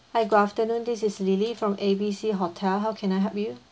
hi good afternoon this is lily from A B C hotel how can I help you